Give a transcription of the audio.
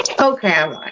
Okay